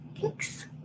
Thanks